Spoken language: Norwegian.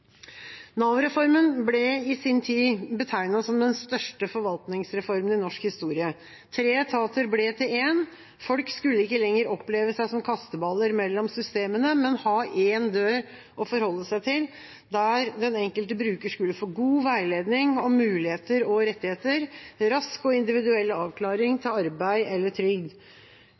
ble i sin tid betegnet som den største forvaltningsreformen i norsk historie. Tre etater ble til én, folk skulle ikke lenger oppleve seg som kasteballer mellom systemene, men ha én dør å forholde seg til, der den enkelte bruker skulle få god veiledning, muligheter og rettigheter, rask og individuell avklaring til arbeid eller trygd.